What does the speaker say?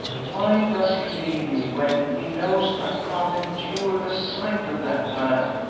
why does he leave me when he knows i can't endure the sight of that man?